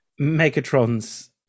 Megatron's